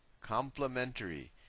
Complementary